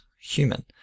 human